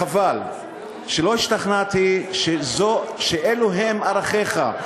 חבל שלא השתכנעתי שאלה הם ערכיך,